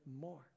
more